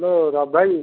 hello ରବିଭାଇ